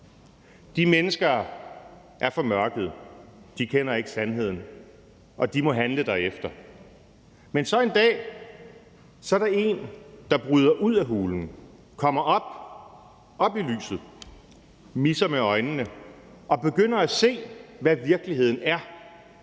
De mennesker er formørkede, de kender ikke sandheden, og de må handle derefter. Men så en dag er der en, der bryder ud af hulen, kommer op, op i lyset, misser med øjnene og begynder at se, hvad virkeligheden er.